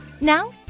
Now